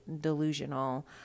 delusional